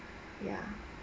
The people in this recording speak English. ya